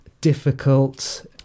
difficult